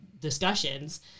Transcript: discussions